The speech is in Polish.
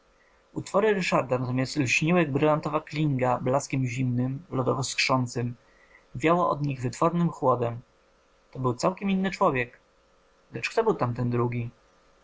utwory ryszarda natomiast lśniły jak brylantowa klinga blaskiem zimnym lodowo skrzącym wiało od nich wytwornym chłodem to był całkiem inny człowiek lecz kto był tamten drugi